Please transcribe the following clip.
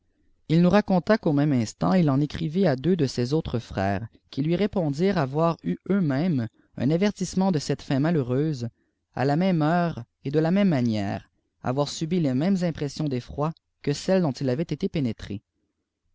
il nous raconta qu'au même instant il en écrivit à deux ée ses autres frères qui lui répondirent avoir eii eux-mêmes un avertissement de cette fin malheureuse la mêiie heure et de la même manière avoir subi les mêmes impression d effroi que celles éènt il uvait été pénétré